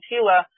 Tila